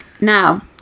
Now